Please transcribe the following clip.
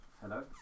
Hello